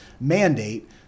mandate